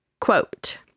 quote